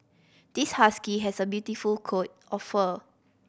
this husky has a beautiful coat of fur